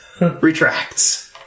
retracts